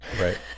right